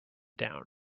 down